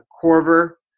Corver